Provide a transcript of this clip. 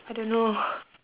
I don't know